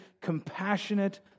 compassionate